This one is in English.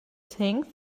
things